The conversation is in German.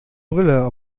brille